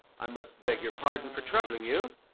i must beg your pardon for troubling you.